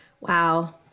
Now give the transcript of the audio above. Wow